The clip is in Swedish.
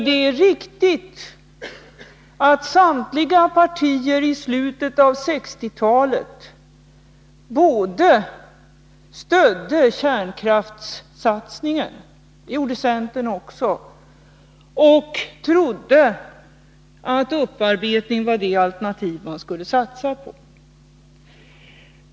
Det är riktigt att samtliga partier i slutet av 1960-talet både stödde kärnkraftssatsningen — det gjorde också centern — och trodde att upparbetning var det alternativ som vi skulle satsa på.